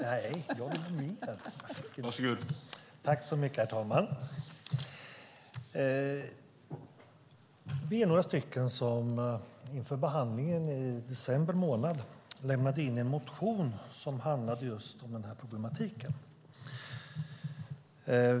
Herr talman! Vi var några stycken som inför behandlingen i december månad lämnade in en motion som handlade om just denna problematik.